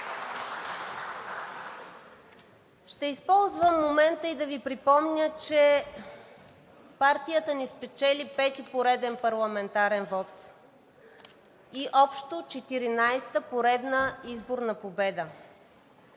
Ще използвам момента да Ви припомня, че партията ни спечели пети пореден парламентарен вот и общо четиринадесета поредна изборна победа.